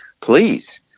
please